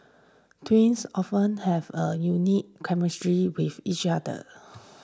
twins often have a unique chemistry with each other